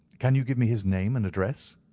can you give me his name and address?